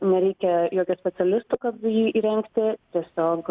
nereikia jokio specialisto kad jį įrengti tiesiog